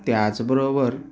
त्याचबरोबर